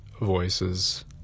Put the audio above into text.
voices